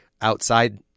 outside